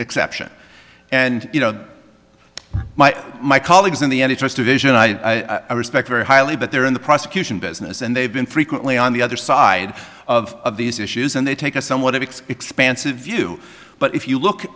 exception and you know my colleagues in the end it's just a vision i respect very highly but they're in the prosecution business and they've been frequently on the other side of these issues and they take a somewhat expansive view but if you look